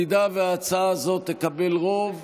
אם ההצעה הזאת תקבל רוב,